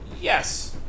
Yes